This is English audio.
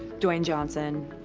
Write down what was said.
dwayne johnson.